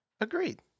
Agreed